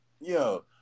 yo